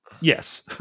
yes